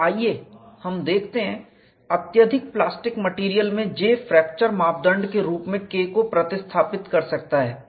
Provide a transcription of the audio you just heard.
और आइए हम देखते हैं अत्यधिक प्लास्टिक मटेरियल में J फ्रैक्चर मापदंड के रूप में K को प्रतिस्थापित कर सकता है